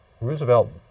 Roosevelt